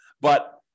But-